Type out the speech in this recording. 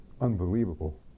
unbelievable